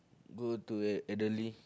go to elderly